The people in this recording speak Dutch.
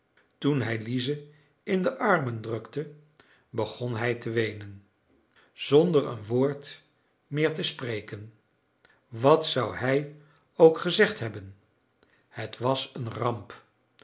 toen hij lize in de armen drukte begon hij te weenen zonder een woord meer te spreken wat zou hij ook gezegd hebben het was een ramp